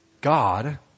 God